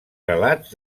relats